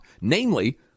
Namely